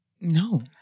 No